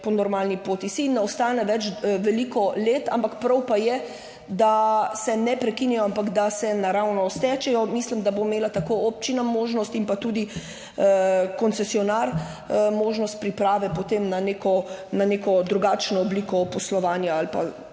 po normalni poti - saj ne ostane več veliko let, ampak prav pa je, da se ne prekinjajo, ampak da se naravno stečejo. Mislim, da bo imela tako občina možnost in pa tudi koncesionar možnost priprave potem na neko drugačno obliko poslovanja ali pa